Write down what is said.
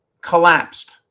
collapsed